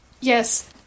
Yes